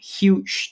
huge